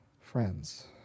Friends